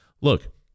Look